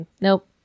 nope